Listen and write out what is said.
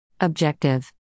Objective